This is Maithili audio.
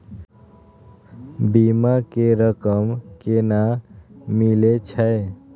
बीमा के रकम केना मिले छै?